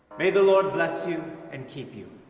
may the lord bless you and keep you,